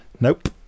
nope